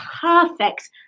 perfect